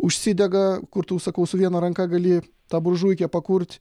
užsidega kur tu sakau su viena ranka gali tą buržuikę pakurt